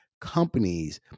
companies